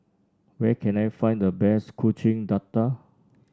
where can I find the best Kuih Dadar